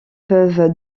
peuvent